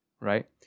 Right